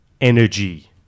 energy